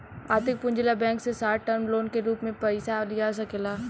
आर्थिक पूंजी ला बैंक से शॉर्ट टर्म लोन के रूप में पयिसा लिया सकेला